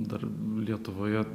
dar lietuvoje